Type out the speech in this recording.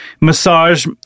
massage